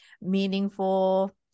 meaningful